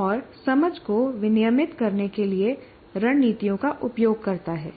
और समझ को विनियमित करने के लिए रणनीतियों का उपयोग करता है